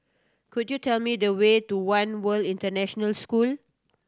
could you tell me the way to One World International School